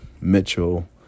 Mitchell